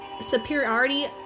superiority